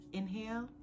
Inhale